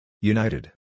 United